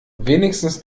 wenigstens